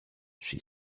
she